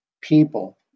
people